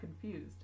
confused